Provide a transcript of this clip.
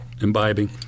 imbibing